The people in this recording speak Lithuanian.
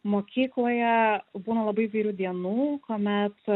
mokykloje būna labai įvairių dienų kuomet